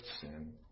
sin